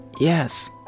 Yes